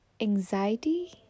anxiety